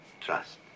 Trust